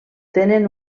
tenen